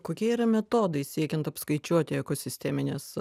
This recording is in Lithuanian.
kokie yra metodai siekiant apskaičiuoti ekosistemines